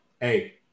Hey